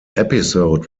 episode